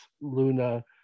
Luna